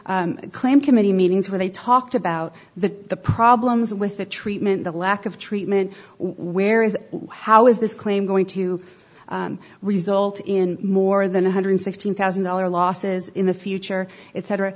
to claim committee meetings where they talked about the the problems with the treatment the lack of treatment where is how is this claim going to result in more than one hundred sixteen thousand dollars losses in the future it cetera